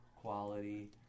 quality